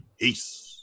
Peace